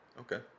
Okay